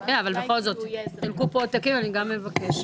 כן, אבל בכל זאת, חילקו פה עותקים, אני גם מבקשת.